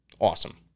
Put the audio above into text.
awesome